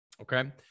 Okay